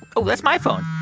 oh, that's my phone.